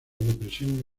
depresión